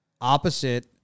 opposite